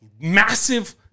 massive